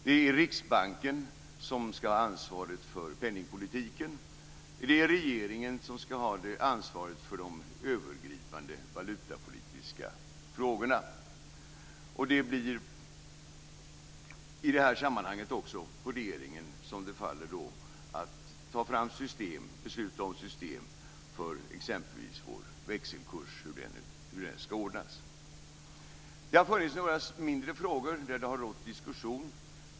Det är Riksbanken som skall ha ansvaret för penningpolitiken. Det är regeringen som skall ha ansvaret för de övergripande valutapolitiska frågorna. I det här sammanhanget faller det också på regeringen att besluta om system för hur vår växelkurs skall ordnas. Det har funnits några mindre frågor där det har rått diskussion.